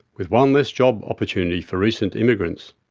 with one less job opportunity for recent immigrants.